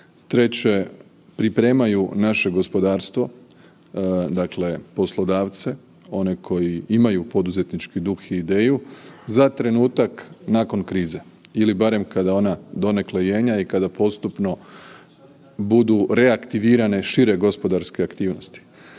treće pripremaju naše gospodarstvo, dakle poslodavce one koji imaju poduzetnički duh i ideju za trenutak nakon krize ili barem kada ona donekle jenja i kada postupno budu reaktivirane šire gospodarske aktivnosti.